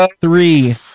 Three